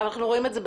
אנחנו רואים את זה,